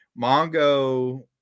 Mongo